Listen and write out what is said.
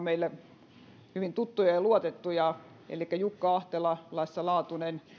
meille hyvin tuttuja ja luotettuja ihmisiä elikkä jukka ahtela lasse laatunen